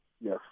yes